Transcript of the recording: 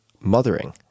mothering